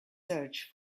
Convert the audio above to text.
search